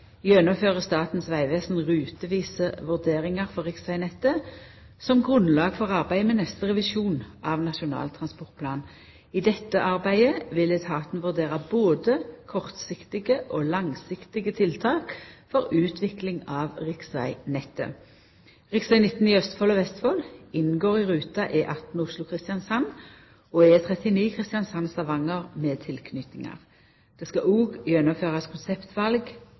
gjennomfører Statens vegvesen rutevise vurderingar for riksvegnettet som grunnlag for arbeidet med neste revisjon av Nasjonal transportplan. I dette arbeidet vil etaten vurdera både kortsiktige og langsiktige tiltak for utvikling av riksvegnettet. Rv. 19 i Østfold og Vestfold inngår i ruta E18 Oslo–Kristiansand og E39 Kristiansand–Stavanger med tilknytingar. Det skal òg gjennomførast